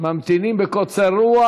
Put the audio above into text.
ממתינים בקוצר רוח.